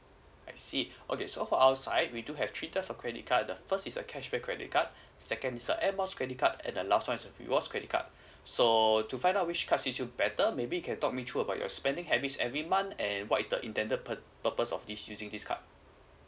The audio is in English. I see okay so for our side we do have three types of credit card the first is a cashback credit card second is a airmiles credit card at the last ones rewards credit card so to find out which class suit you better maybe can talk me through about your spending habits every month and what is the intended purpose of this using this card